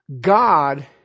God